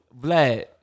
vlad